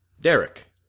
Derek